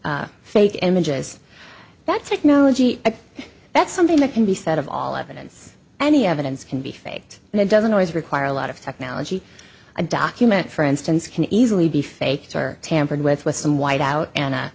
to fake images that technology that's something that can be said of all evidence any evidence can be faked and it doesn't always require a lot of technology a document for instance can easily be faked or tampered with with some white out an